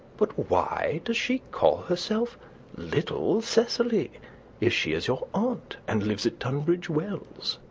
but why does she call herself little cecily if she is your aunt and lives at tunbridge wells?